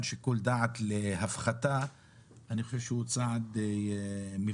שיקול דעת להפחתה אני חושב שהוא צעד מבורך,